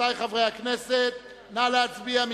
רבותי חברי הכנסת, נא להצביע.